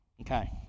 Okay